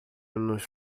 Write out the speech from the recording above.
nos